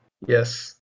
Yes